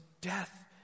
death